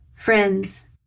Friends